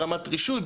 ברמת הרישוי,